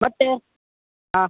ಮತ್ತು ಹಾಂ